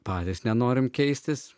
patys nenorime keistis